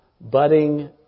budding